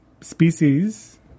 species